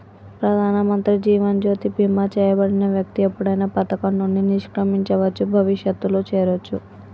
ప్రధానమంత్రి జీవన్ జ్యోతి బీమా చేయబడిన వ్యక్తి ఎప్పుడైనా పథకం నుండి నిష్క్రమించవచ్చు, భవిష్యత్తులో చేరొచ్చు